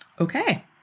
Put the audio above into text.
Okay